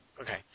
Okay